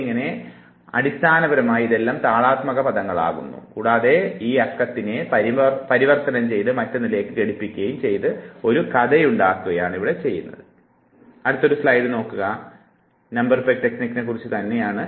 അങ്ങനെ അടിസ്ഥാനപരമായി ഇതെല്ലാം താളാത്മക പദമാകുന്നു കൂടാതെ ഈ അക്കത്തിനെ പരിവർത്തനം ചെയ്ത് മറ്റൊന്നിലേക്ക് ഘടിപ്പിക്കുയും തുടർന്ന് ഒരു കഥയുണ്ടാക്കുകയും ചെയ്യുന്നു എന്നതാണ് നിങ്ങൾ ഇവിടെ ചെയ്യുന്നത്